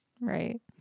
Right